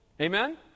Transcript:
Amen